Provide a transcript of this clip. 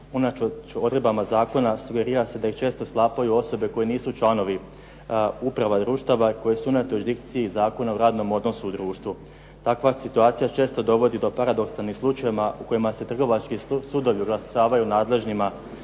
unatoč odredbama zakona sugerira se da ih često sklapaju osobe koje nisu članovi uprava društava, koje su unatoč dikcija zakona u radnom odnosu u društvu. Takva situacija često dovodi do paradoksalnih slučajeva u kojima se trgovački sudovi užasavaju nadležnima